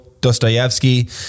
Dostoevsky